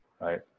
Right